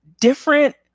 different